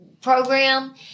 program